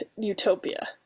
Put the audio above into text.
utopia